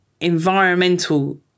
environmental